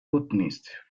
botanist